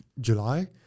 July